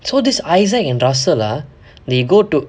so this isaac and russell ah they go to